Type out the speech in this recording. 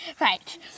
Right